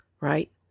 right